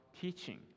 teaching